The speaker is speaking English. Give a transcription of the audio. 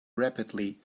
rapidly